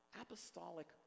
apostolic